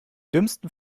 dümmsten